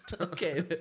Okay